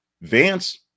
Vance